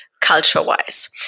culture-wise